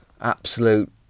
absolute